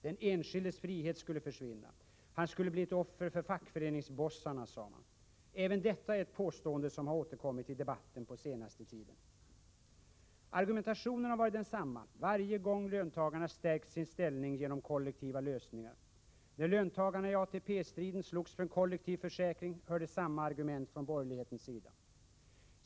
Den enskildes frihet skulle försvinna, man skulle bli ett offer för fackföreningsbossarna, sade man. Även detta är ett påstående som har 153 återkommit i debatten på senaste tiden. Argumentationen har varit densamma varje gång löntagarna stärkt sin ställning genom kollektiva lösningar. När löntagarna i ATP-striden slogs för en kollektiv försäkring hördes samma argument från borgerlighetens sida.